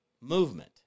movement